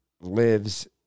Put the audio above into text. lives